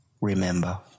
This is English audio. remember